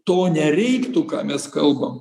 to nereiktų ką mes kalbam